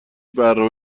برنامه